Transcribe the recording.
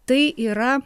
tai yra